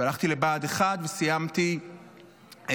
הלכתי לבה"ד 1 וסיימתי כקצין.